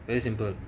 very simple